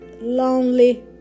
lonely